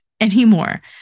anymore